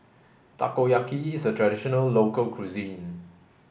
Takoyaki is a traditional local cuisine